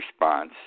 response